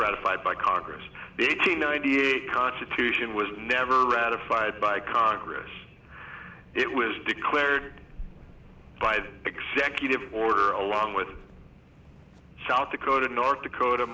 ratified by congress eight hundred ninety eight constitution was never ratified by congress it was declared by the executive order along with south dakota north dakota